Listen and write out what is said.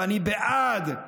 ואני בעד,